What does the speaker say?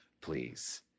Please